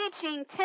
teaching